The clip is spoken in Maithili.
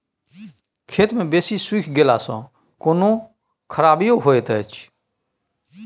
खेत मे बेसी सुइख गेला सॅ कोनो खराबीयो होयत अछि?